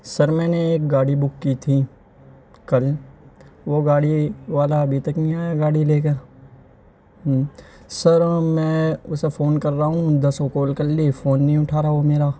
سر میں نے ایک گاڑی بک کی تھی کل وہ گاڑی والا ابھی تک نہیں آیا گاڑی لے کر سر میں اسے فون کر رہا ہوں دسوں کال کر لی فون نہیں اٹھا رہا وہ میرا